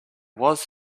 was